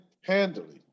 handily